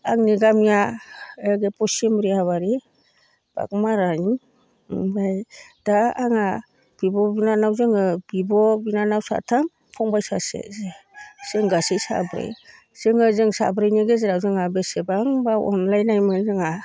आंनि गामिया ओ फसिम रेहाबारि बागमारानि ओमफाय दा आङा बिब' बिनानाव जोङो बिब' बिनानाव साथाम फंबाइ सासे जों गासै साब्रै जोङो जों साब्रैनि गेजेराव जोंहा बेसेबां अनलायनायमोन जोंहा